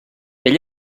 ell